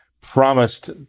promised